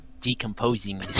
decomposing